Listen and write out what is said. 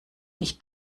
nicht